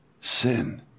sin